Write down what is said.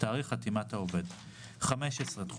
תאריך______________ חתימת העובד______________ " אני רוצה